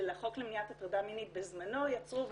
החוק למניעת הטרדה מינית בזמנו יצאו,